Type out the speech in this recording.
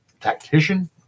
tactician